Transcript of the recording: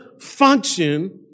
function